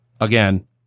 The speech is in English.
Again